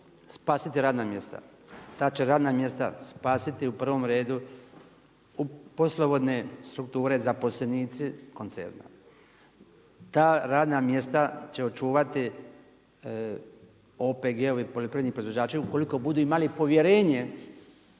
spasiti radna mjesta. Ta će radna mjesta spasiti u prvom redu poslovodne strukture, zaposlenici koncerna. Ta radna mjesta će očuvati OPG-ovi, poljoprivredni proizvođači ukoliko budu imali povjerenje